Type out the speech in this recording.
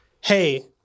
hey